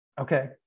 okay